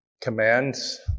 commands